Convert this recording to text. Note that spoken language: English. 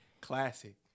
Classic